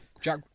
Jack